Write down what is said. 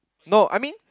no I mean